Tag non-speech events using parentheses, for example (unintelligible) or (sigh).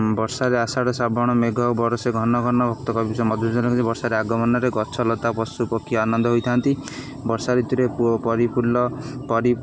ବର୍ଷାରେ ଆଷାଢ଼ ଶ୍ରାବଣ ମେଘ ବରସେ ଘନ ଘନ ଉକ୍ତ କବିଷ ମଧୁସୂଦନ (unintelligible) ବର୍ଷାରେ ଆଗମନରେ ଗଛଲତା ପଶୁପକ୍ଷୀ ଆନନ୍ଦ ହୋଇଥାନ୍ତି ବର୍ଷା ଋତୁରେ ପୋ ପୁରପଲ୍ଲୀ ପରି